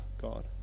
God